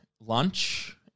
lunch